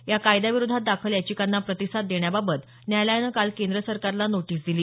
या कायद्याविरोधात दाखल याचिकांना प्रतिसाद देण्याबाबत न्यायालयानं काल केंद्र सरकारला नोटीस दिली